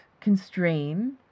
constrain